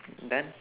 done